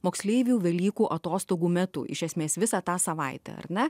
moksleivių velykų atostogų metu iš esmės visą tą savaitę ar ne